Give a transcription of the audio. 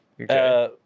Okay